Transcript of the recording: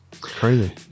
Crazy